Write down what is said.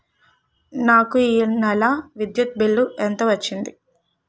నాకు ఈ నెల విద్యుత్ బిల్లు ఎంత వచ్చింది?